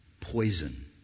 Poison